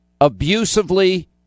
abusively